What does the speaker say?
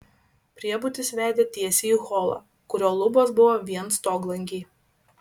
priebutis vedė tiesiai į holą kurio lubos buvo vien stoglangiai